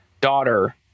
daughter